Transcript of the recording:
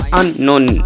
unknown